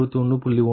11C2Pg2105